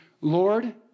Lord